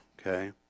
Okay